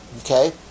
Okay